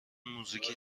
موزیکی